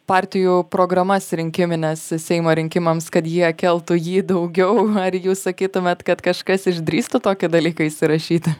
partijų programas rinkimines seimo rinkimams kad jie keltų jį daugiau ar jūs sakytumėt kad kažkas išdrįstų tokį dalyką įsirašyti